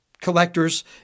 collectors